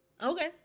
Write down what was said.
Okay